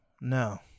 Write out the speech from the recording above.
No